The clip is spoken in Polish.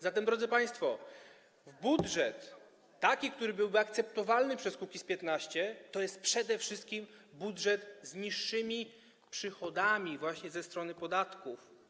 Zatem, drodzy państwo, budżet, który byłby akceptowany przez Kukiz’15, to jest przede wszystkim budżet z niższymi przychodami właśnie ze strony podatków.